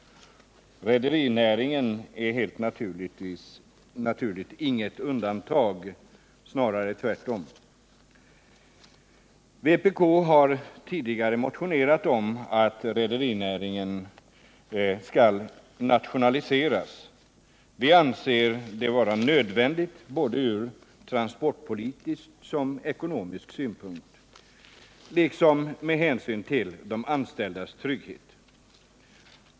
Rederinäringen är helt naturligt inget undantag — snarare tvärtom. Vpk har tidigare motionerat om att rederinäringen skall nationaliseras. Vi anser det vara nödvändigt ur både transportpolitisk och ekonomisk synpunkt, liksom med hänsyn till de anställdas trygghet.